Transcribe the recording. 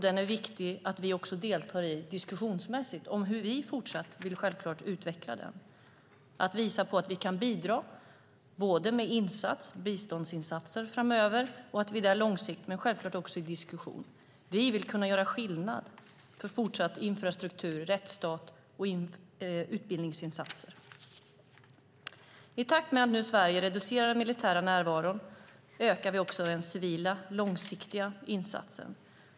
Det är viktigt att vi deltar i diskussionerna om den när det gäller hur vi fortsatt självklart vill utveckla den. Vi ska visa att vi kan bidra med biståndsinsatser framöver och att vi är där långsiktigt. Vi vill kunna göra skillnad i fråga om infrastruktur, rättsstat och utbildningsinsatser. I takt med att Sverige nu reducerar den militära närvaron ökar vi också den civila långsiktiga insatsen.